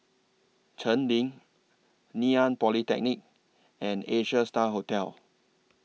Cheng Lim Ngee Ann Polytechnic and Asia STAR Hotel